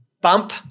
bump